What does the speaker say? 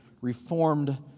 Reformed